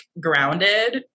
grounded